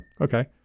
Okay